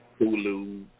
Hulu